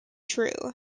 true